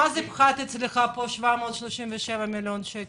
מה זה פחת 737 מיליון שקל?